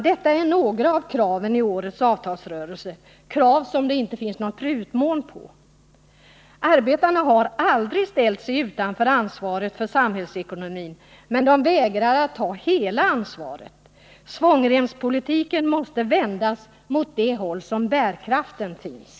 Detta är några av kraven i årets avtalsrörelse, krav som det inte finns någon prutmån på. Arbetarna har aldrig ställt sig utanför ansvaret för samhällsekonomin, men de vägrar att ta hela ansvaret. Svångremspolitiken måste vändas mot det håll där bärkraften finns.